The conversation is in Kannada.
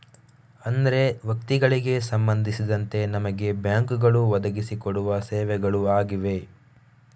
ಅಂದ್ರೆ ವ್ಯಕ್ತಿಗಳಿಗೆ ಸಂಬಂಧಿಸಿದಂತೆ ನಮ್ಮ ಬ್ಯಾಂಕುಗಳು ಒದಗಿಸಿ ಕೊಡುವ ಸೇವೆಗಳು ಆಗಿವೆ